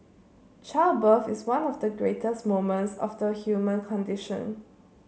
childbirth is one of the greatest moments of the human condition